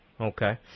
Okay